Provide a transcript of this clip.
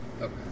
Okay